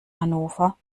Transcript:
hannover